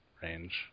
range